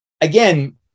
again